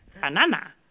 Banana